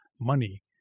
money